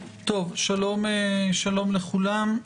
שלום לכולם,